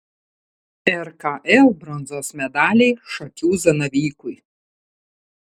rkl bronzos medaliai šakių zanavykui